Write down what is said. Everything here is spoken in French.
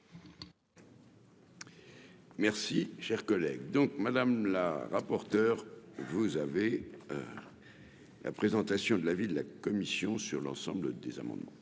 Merci, cher collègue donc madame la rapporteure, vous avez la présentation de la ville, la commission sur l'ensemble des amendements.